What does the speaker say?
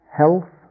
health